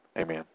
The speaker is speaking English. Amen